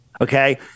Okay